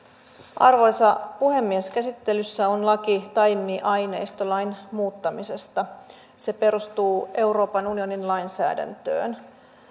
arvoisa puhemies käsittelyssä on laki taimiaineistolain muuttamisesta se perustuu euroopan unionin lainsäädäntöön